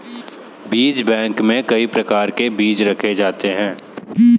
बीज बैंक में कई प्रकार के बीज रखे जाते हैं